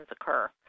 occur